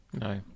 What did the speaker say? no